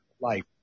life